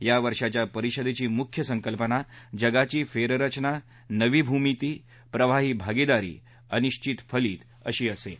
या वर्षाच्या परिषदेची मुख्य संकल्पना जगाची फेररचना नवी भुमिती प्रवाही भागीदारी अनिश्वित फलीत अशी असेल